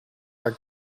are